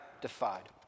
defied